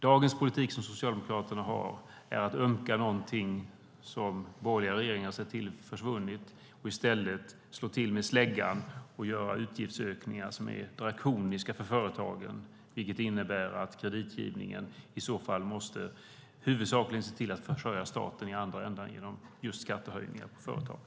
Dagens socialdemokratiska politik handlar om att ömka någonting som den borgerliga regeringen sett till försvunnit och om att slå till med släggan och genomföra utgiftsökningar som är drakoniska för företagen. Detta innebär att kreditgivningen i så fall huvudsakligen måste se till att försörja staten i andra ändan genom skattehöjningar för företagen.